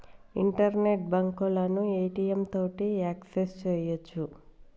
internet బాంకులను ATM తోటి access సెయ్యొచ్చు